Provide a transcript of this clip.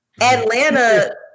atlanta